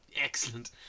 Excellent